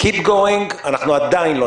keep going, אנחנו עדיין לא נצחק.